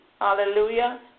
Hallelujah